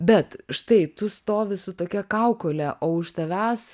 bet štai tu stovi su tokia kaukole o už tavęs